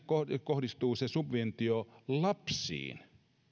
kohdistuu se subventio lapsiin